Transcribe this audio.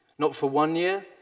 not for one year,